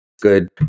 good